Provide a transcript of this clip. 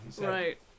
Right